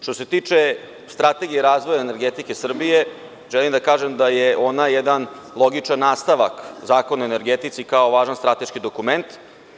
Što se tiče Strategije razvoja energetike Srbije, želim da kažem da je ona jedan logičan nastavak Zakona o energetici, kao važan strateški dokument.